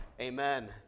amen